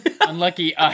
unlucky